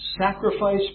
sacrifice